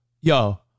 yo